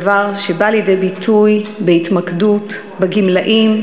דבר שבא לידי ביטוי בהתמקדות בגמלאים,